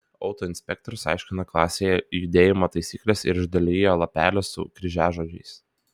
autoinspektorius aiškino klasėje judėjimo taisykles ir išdalijo lapelius su kryžiažodžiais